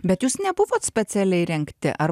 bet jūs nebuvot specialiai rengti ar